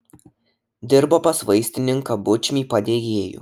dirbo pas vaistininką bučmį padėjėju